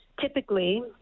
Typically